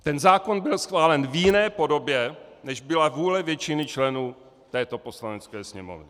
Ten zákon byl schválen v jiné podobě, než byla vůle většiny členů této Poslanecké sněmovny.